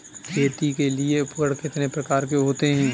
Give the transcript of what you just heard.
खेती के लिए उपकरण कितने प्रकार के होते हैं?